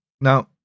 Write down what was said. Now